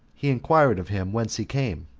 he inquired of him whence he came.